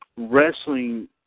wrestling